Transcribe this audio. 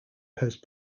post